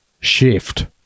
shift